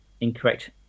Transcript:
incorrect